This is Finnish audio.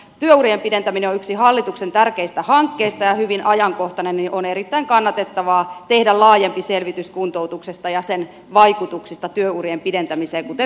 koska työurien pidentäminen on yksi hallituksen tärkeistä hankkeista ja hyvin ajankohtainen asia niin on erittäin kannatettavaa tehdä laajempi selvitys kuntoutuksesta ja sen vaikutuksista työurien pidentämiseen kuten vtv on raportissaan ehdottanut